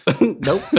Nope